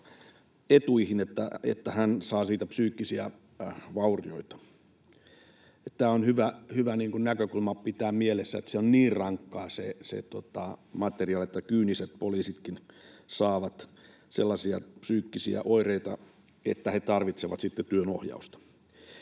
etuihin, että hän saa siitä psyykkisiä vaurioita. Tämä on hyvä näkökulma pitää mielessä, että se materiaali on niin rankkaa, että kyyniset poliisitkin saavat sellaisia psyykkisiä oireita, että he tarvitsevat sitten työnohjausta.